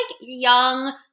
young